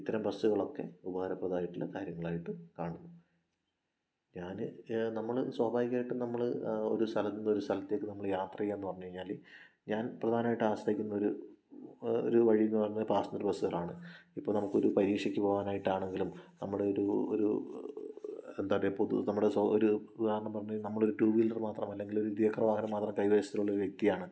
ഇത്തരം ബസ്സുകളൊക്കെ ഉപകാരപ്രദമായിട്ടുള്ള കാര്യങ്ങളായിട്ട് കാണുന്നു ഞാൻ നമ്മൾ സ്വാഭാവികമായിട്ട് നമ്മൾ ഒരു സ്ഥലത്തു നിന്ന് ഒരു സ്ഥലത്തേക്ക് നമ്മൾ യാത്ര ചെയ്യുകയെന്നു പറഞ്ഞ് കഴിഞ്ഞാൽ ഞാൻ പ്രധാനമായിട്ട് ആശ്രയിക്കുന്നതൊരു ഒരു വഴിയെന്നു പറഞ്ഞത് പാസഞ്ചർ ബസ്സുകളാണ് ഇപ്പോൾ നമുക്കൊരു പരീക്ഷയ്ക്ക് പോവാനായിട്ടാണെങ്കിലും നമ്മുടെ ഒരു ഒരു എന്താ പറയുക പൊതു നമ്മുടെ ഒരു ഉദാഹരണം പറഞ്ഞു കഴിഞ്ഞാൽ നമ്മുടെ ഒരു ടൂ വീലർ മാത്രമല്ലെങ്കിലൊരു ഇരുചക്ര വാഹനം മാത്രം കൈവശത്തിലുള്ളൊരു വ്യക്തിയാണ്